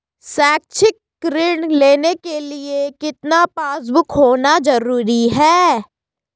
शैक्षिक ऋण लेने के लिए कितना पासबुक होना जरूरी है?